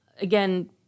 again